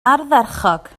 ardderchog